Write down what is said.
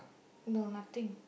no nothing